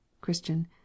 Christian